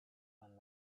when